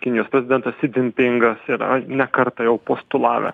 kinijos prezidentas xi jipingas yra ne kartą jau postulavę